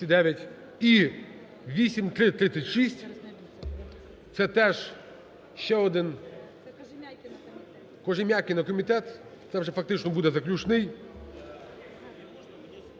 І 8336 - це теж ще один… Кожем'якіна комітет, це вже фактично буде заключний.